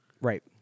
Right